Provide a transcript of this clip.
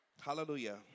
Hallelujah